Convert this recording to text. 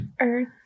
Earth